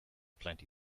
plenty